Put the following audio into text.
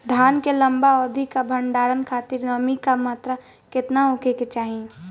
धान के लंबा अवधि क भंडारण खातिर नमी क मात्रा केतना होके के चाही?